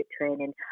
training